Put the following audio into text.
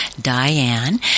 Diane